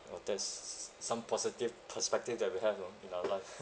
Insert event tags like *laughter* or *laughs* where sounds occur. oh there's s~ some positive perspective that we have lor in our life *laughs*